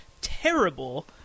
terrible